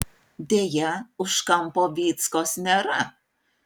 deja už kampo vyckos nėra